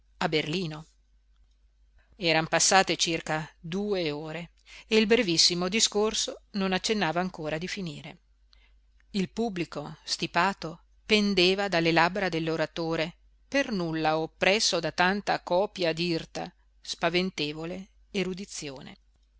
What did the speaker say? a berlino eran passate circa due ore e il brevissimo discorso non accennava ancora di finire il pubblico stipato pendeva dalle labbra dell'oratore per nulla oppresso da tanta copia d'irta spaventevole erudizione